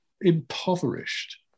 impoverished